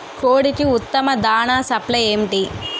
కోడికి ఉత్తమ దాణ సప్లై ఏమిటి?